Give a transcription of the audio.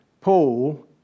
Paul